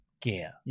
gear